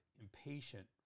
impatient